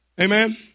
Amen